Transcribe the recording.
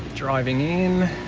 driving in.